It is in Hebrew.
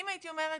אם הייתי אומרת,